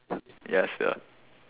ya sia